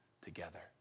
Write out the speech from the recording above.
together